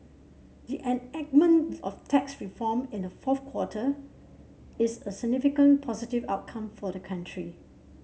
the enactment of tax reform in the fourth quarter is a significant positive outcome for the country